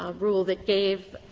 um rule that gave